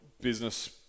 business